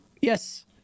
yes